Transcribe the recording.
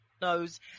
knows